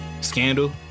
Scandal